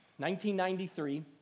1993